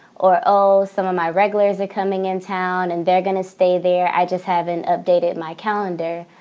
or, oh, some of my regulars are coming in town and they're going to stay there. i just haven't updated my calendar.